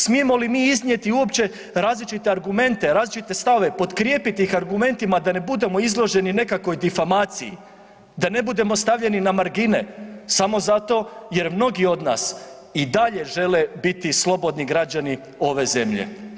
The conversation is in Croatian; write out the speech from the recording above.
Smijemo li mi iznijeti uopće različite argumente, različite stavove, potkrijepiti iz argumentima da ne budemo izloženi nekakvoj difamaciji, da ne budemo stavljeni na margine samo zato jer mnogi od nas i dalje žele biti slobodni građani ove zemlje.